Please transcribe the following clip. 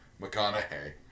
McConaughey